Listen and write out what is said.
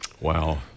Wow